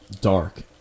dark